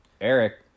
Eric